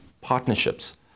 partnerships